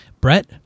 Brett